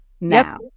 now